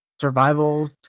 survival